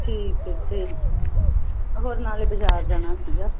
ਠੀਕ ਹੈ ਅਤੇ ਹੋਰ ਨਾਲੇ ਬਾਜ਼ਾਰ ਜਾਣਾ ਸੀਗਾ